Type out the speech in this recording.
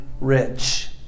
rich